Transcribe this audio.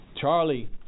Charlie